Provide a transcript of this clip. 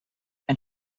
and